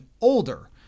older